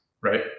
right